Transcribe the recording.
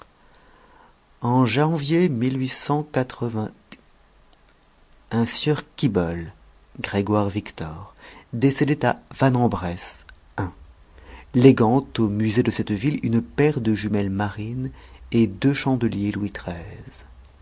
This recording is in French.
en janvier un sieur quibolle grégoire victor décédait à vanne en bresse ain léguant au musée de cette ville une paire de jumelles marines et deux chandeliers louis